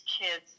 kids